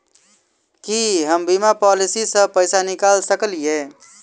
की हम बीमा पॉलिसी सऽ पैसा निकाल सकलिये?